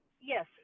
Yes